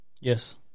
Yes